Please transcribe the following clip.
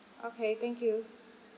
okay thank you